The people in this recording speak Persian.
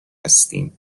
هستیم